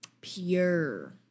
pure